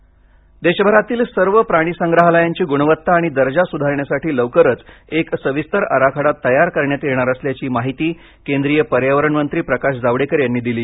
प्रकाश जावडेकर देशभरातील सर्व प्राणीसंग्रहालयांची गुणवत्ता आणि दर्जा सुधारण्यासाठी लवकरच एक सविस्तर आराखडा तयार करण्यात येणार असल्याची माहिती केंद्रीय पर्यावरण मंत्री प्रकाश जावडेकर यांनी दिली